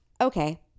Okay